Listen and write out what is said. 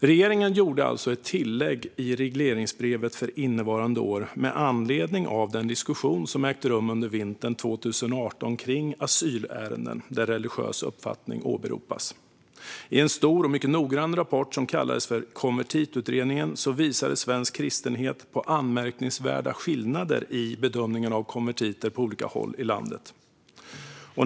Regeringen gjorde ett tillägg i regleringsbrevet för innevarande år med anledning av den diskussion som ägde rum under vintern 2018 och som handlade om asylärenden där religiös uppfattning åberopas. I en stor och mycket noggrann rapport, med namnet Konvertitutredningen , visade svensk kristenhet på anmärkningsvärda skillnader i bedömningen av konvertiter på olika håll i landet.